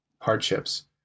hardships